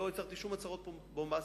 לא הצהרתי שום הצהרות בומבסטיות,